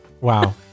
Wow